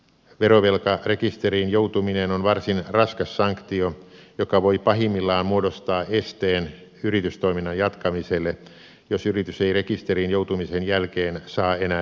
verovelkarekisteriin joutuminen on varsin raskas sanktio joka voi pahimmillaan muodostaa esteen yritystoiminnan jatkamiselle jos yritys ei rekisteriin joutumisen jälkeen saa enää tilauksia